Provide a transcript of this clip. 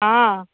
ହଁ